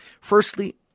firstly